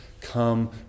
Come